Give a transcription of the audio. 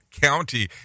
County